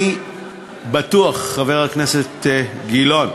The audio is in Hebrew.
אני בטוח, חבר הכנסת גילאון,